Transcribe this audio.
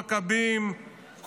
המכבים,